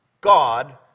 God